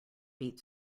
beat